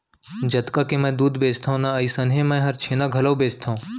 जतका के मैं दूद बेचथव ना अइसनहे मैं हर छेना घलौ बेचथॅव